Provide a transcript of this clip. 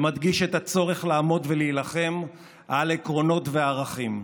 שמדגיש את הצורך לעמוד ולהילחם על עקרונות וערכים.